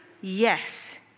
Yes